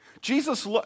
Jesus